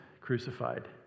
crucified